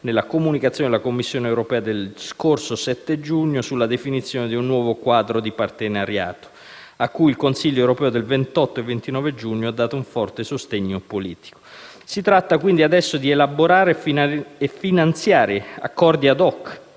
nella Comunicazione della Commissione europea dello scorso 7 giugno sulla definizione di un nuovo quadro di partenariato, a cui il Consiglio europeo del 28 e 29 giugno ha dato un forte sostegno politico. Si tratta adesso di elaborare e finanziare accordi *ad hoc*